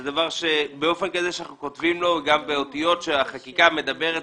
זה דבר שבאופן כזה שאנחנו כותבים לו גם באותיות שהחקיקה מדברת